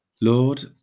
Lord